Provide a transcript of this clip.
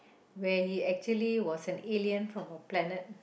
where he actually was an alien from a planet